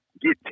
Get